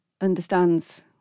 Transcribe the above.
understands